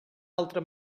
altra